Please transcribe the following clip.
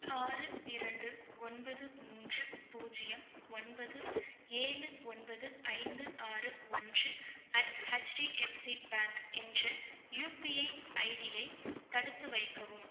ஆறு இரண்டு ஒன்பது மூன்று பூஜ்ஜியம் ஒன்பது ஏழு ஒன்பது ஐந்து ஆறு ஒன்று அட் ஹச்டிஎஃப்சி பேங்க் என்ற யுபிஐ ஐடியை தடுத்து வைக்கவும்